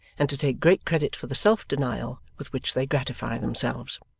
and to take great credit for the self-denial with which they gratify themselves.